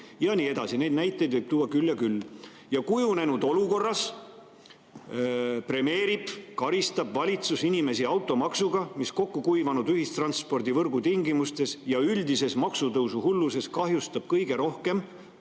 ja nii edasi, neid näiteid võib tuua küll ja küll. Kujunenud olukorras "premeerib" või karistab valitsus inimesi automaksuga, mis kokku kuivanud ühistranspordivõrgu tingimustes ja üldises maksutõusu hulluses kahjustab kõige rohkem